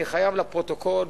אני חייב לפרוטוקול,